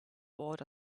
bored